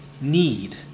need